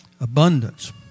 Abundance